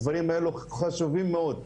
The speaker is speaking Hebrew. הדברים האלו חשובים מאוד,